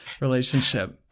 Relationship